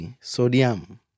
sodium